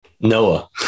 Noah